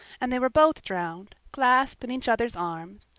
and they were both drowned, clasped in each other's arms.